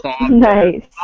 Nice